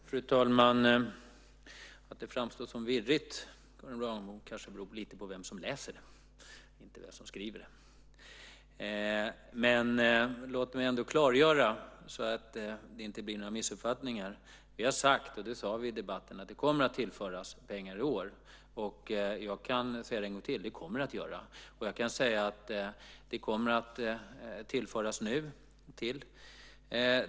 Fru talman! Att det framstår som virrigt, Karin Granbom, kanske beror på vem som läser, inte vem som skriver. Låt mig ändå klargöra så att det inte blir några missuppfattningar att vi har sagt att det kommer att tillföras pengar i år. Jag kan säga det en gång till: Det kommer det att göra. Pengar kommer att tillföras nu.